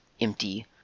empty